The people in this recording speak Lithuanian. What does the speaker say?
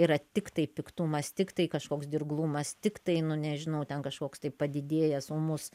yra tiktai piktumas tiktai kažkoks dirglumas tiktai nu nežinau ten kažkoks tai padidėjęs ūmus